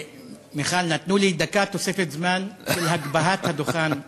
מיכל, נתנו לי דקה תוספת זמן להגבהת הדוכן אחרייך.